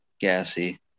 gassy